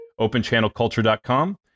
openchannelculture.com